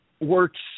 works